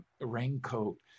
raincoat